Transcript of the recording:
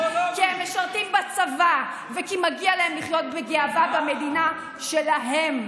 כי הם משרתים בצבא וכי מגיע להם לחיות בגאווה במדינה שלהם.